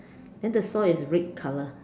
then the saw is red color